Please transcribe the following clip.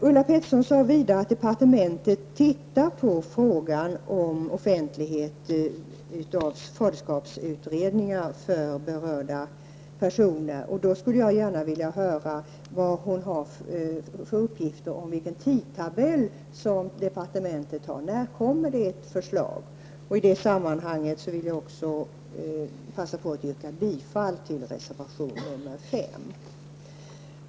Ulla Pettersson sade vidare att departementet kommer att titta på frågan om offentligheten av faderskapsutredningar för berörda personer. Då skulle jag gärna vilja höra vad hon har för uppgifter om vilken tidtabell som departementet har. När kommer det ett förslag? I detta sammanhang passar jag på att yrka bifall till reservation 5.